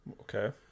Okay